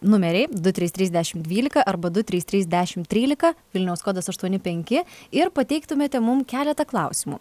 numeriai du trys trys dešim dvylika arba du trys trys dešim trylika vilniaus kodas aštuoni penki ir pateiktumėte mum keletą klausimų